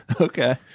Okay